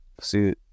see